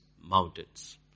mountains